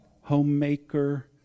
homemaker